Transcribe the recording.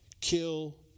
kill